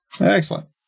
Excellent